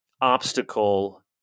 obstacle